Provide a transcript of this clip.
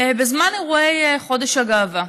בזמן אירועי חודש הגאווה.